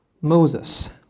Moses